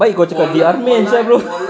baik kau cakap T_R men sia bro